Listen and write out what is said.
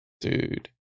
dude